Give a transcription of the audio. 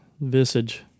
Visage